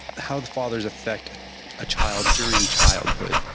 how the fathers affect a child during childhood?